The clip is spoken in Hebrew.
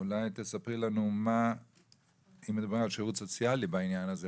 אולי תספרי לנו מה השירות הסוציאלי עושים בעניין הזה?